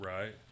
Right